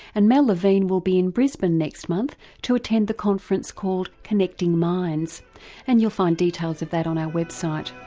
and mel levine will be in brisbane next month to attend the conference called connecting minds and you'll find details of that on our website.